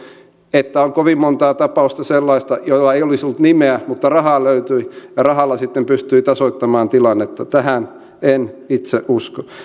että on kovin montaa sellaista tapausta joilla ei olisi ollut nimeä mutta rahaa löytyi ja rahalla sitten pystyi tasoittamaan tilannetta tähän en itse usko